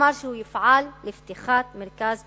והוא אמר שהוא יפעל לפתיחת מרכז בפריפריה,